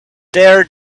there